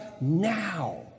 now